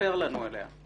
ספר לנו עליה.